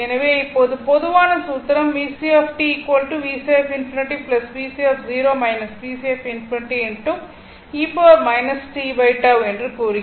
எனவே இப்போது பொதுவான சூத்திரம் VCt VC ∞ VC 0 VC ∞ என்று கூறுகிறது